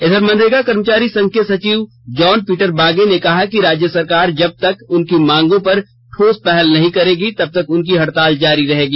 इधर मनरेगा कर्मचारी संघ के सचिव जॉन पीटर बागे ने कहा कि राज्य सरकार जबतक उनकी मांगों पर ठोस पहल नहीं करेगी तबतक उनकी हड़ताल जारी रहेगी